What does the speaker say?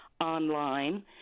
online